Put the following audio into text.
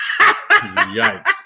Yikes